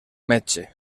metge